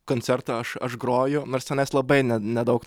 koncertą aš aš groju nors tenais labai nedaug